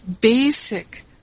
basic